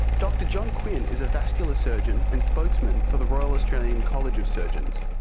dr john quinn is a vascular surgeon and spokesman for the royal australian college of surgeons.